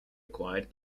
acquired